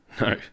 No